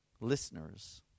listeners